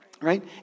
Right